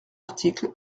article